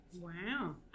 Wow